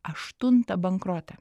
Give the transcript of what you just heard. aštuntą bankrotą